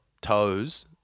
toes